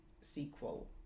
sequel